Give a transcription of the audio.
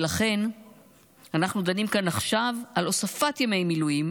ולכן אנחנו דנים כאן עכשיו על הוספת ימי מילואים